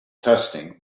testing